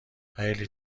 خیلی